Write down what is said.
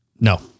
No